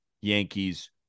Yankees